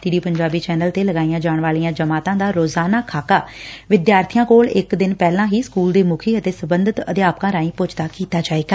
D D Punjab channel ਤੇ ਲਗਾਈਆਂ ਜਾਣ ਵਾਲੀਆਂ ਜਮਾਤਾਂ ਦਾ ਰੋਜ਼ਾਨਾ ਖ਼ਾਕਾ ਵਿਦਿਆਰਬੀਆਂ ਕੋਲ ਇਕ ਦਿਨ ਪਹਿਲਾਂ ਹੀ ਸਕੁਲ ਦੇ ਮੁੱਖ ਅਤੇ ਸਬੰਧਤ ਅਧਿਆਪਕਾਂ ਰਾਹੀਂ ਪੁੱਜਦਾ ਕੀਤਾ ਜਾਵੇਗਾ